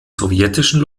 sowjetischen